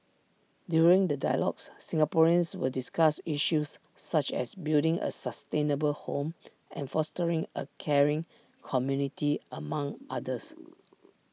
during the dialogues Singaporeans will discuss issues such as building A sustainable home and fostering A caring community among others